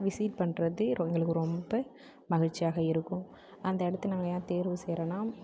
visit பண்ணுறது ரொ எங்களுக்கு ரொம்ப மகிழ்ச்சியாக இருக்கும் அந்த இடத்த நாங்கள் ஏன் தேர்வு செய்கிறோன்னா